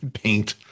Paint